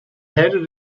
hated